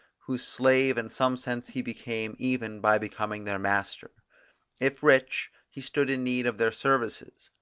whose slave in some sense he became even by becoming their master if rich, he stood in need of their services,